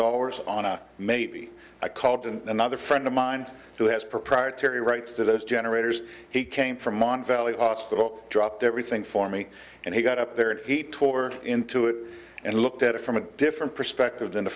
dollars on a maybe i called and another friend of mine who has proprietary rights to those generators he came from on valley hospital dropped everything for me and he got up there and he toward into it and looked at it from a different perspective than the